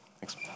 Thanks